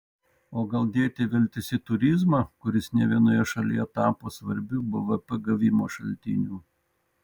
o gal dėti viltis į turizmą kuris ne vienoje šalyje tapo svarbiu bvp gavimo šaltiniu